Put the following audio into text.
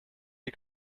die